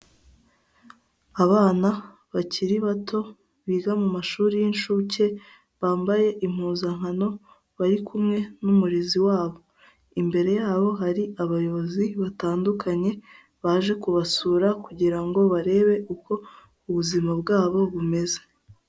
Abana bakiri bato, biga mu mashuri y'inshuke, bambaye impuzankano bari kumwe n'umurezi wabo, imbere yabo hari abayobozi batandukanye baje kubasura, kugira ngo barebe uko ubuzima bwabo bumeze.